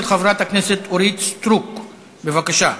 בעד, 28,